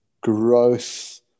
growth